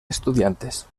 estudiantes